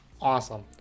Awesome